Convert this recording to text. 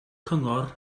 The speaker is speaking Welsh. cyngor